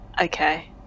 okay